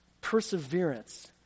perseverance